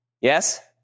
Yes